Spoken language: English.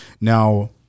now